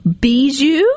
Bijou